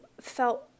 felt